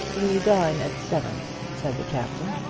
we dine at seven, said the captain.